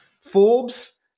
Forbes